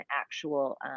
actual